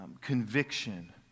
conviction